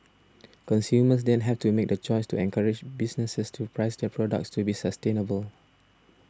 consumers then have to make the choice to encourage businesses to price their products to be sustainable